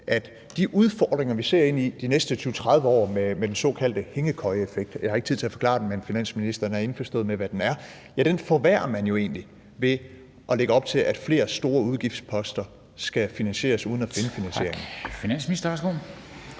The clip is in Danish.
de udfordringer, vi ser ind i de næste 20-30 år med den såkaldte hængekøjeeffekt – jeg har ikke tid til at forklare den, men finansministeren er indforstået med, hvad det er – ved at lægge op til, at flere store udgiftsposter skal finansieres uden at finde finansieringen?